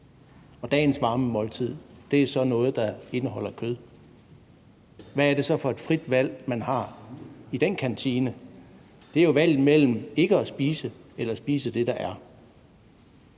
og dagens varme måltid så er noget, der indeholder kød, hvad er det så for et frit valg, man har i den kantine? Det er jo valget mellem ikke at spise og spise det, der er.